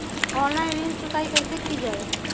Online ऋण चुकाई कईसे की ञाई?